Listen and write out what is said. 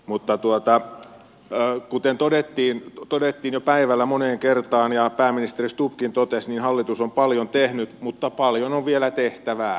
mutta kuten todettiin jo päivällä moneen kertaan ja pääministeri stubbkin totesi hallitus on paljon tehnyt mutta paljon on vielä tehtävää